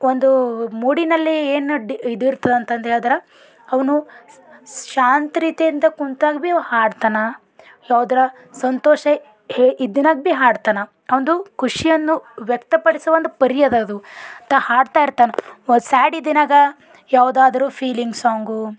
ಒಂದು ಮೂಡಿನಲ್ಲಿ ಏನು ಡಿ ಇದು ಇರ್ತದೆ ಅಂತಂದು ಹೇಳದ್ರೆ ಅವನು ಶಾಂತ ರೀತಿಯಿಂದ ಕುಂತಾಗ ಭಿ ಅವ ಹಾಡ್ತಾನ ಯಾವ್ದರ ಸಂತೋಷ ಹೆ ಇದ್ದಿನಾಗ ಭಿ ಹಾಡ್ತಾನ ಅವ್ನದು ಖುಷಿಯನ್ನು ವ್ಯಕ್ತಪಡಿಸುವ ಒಂದು ಪರಿ ಅದ ಅದು ಒಟ್ಟು ಹಾಡ್ತಾ ಇರ್ತಾನೆ ಸ್ಯಾಡ್ ಇದ್ದಿನಾಗ ಯಾವ್ದಾದ್ರೂ ಫೀಲಿಂಗ್ ಸಾಂಗು